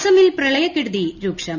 അസമിൽ പ്രളയക്കെടുതി രൂക്ഷം